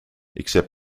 except